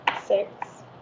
six